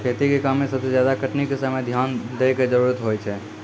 खेती के काम में सबसे ज्यादा कटनी के समय ध्यान दैय कॅ जरूरत होय छै